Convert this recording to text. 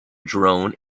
drone